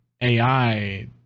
AI